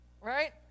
Right